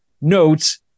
notes